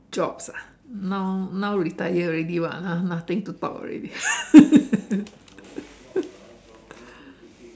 jobs ah now now retire already what ah nothing to talk already